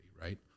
right